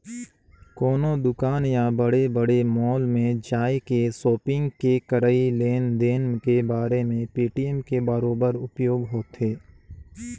कोनो दुकान या बड़े बड़े मॉल में जायके सापिग के करई लेन देन के करे मे पेटीएम के बरोबर उपयोग होथे